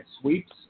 sweeps